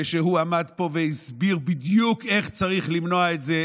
כשהוא עמד פה והסביר בדיוק איך צריך למנוע את זה,